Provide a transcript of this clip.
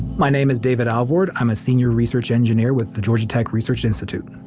my name is david alvord. i'm a senior research engineer with the georgia tech research institute.